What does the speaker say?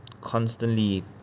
constantly